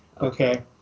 Okay